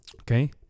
okay